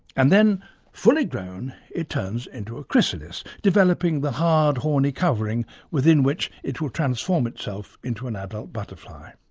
and then fully grown it turns into a chrysalis, developing the hard, horny covering within which it will transform itself into an adult butterfly.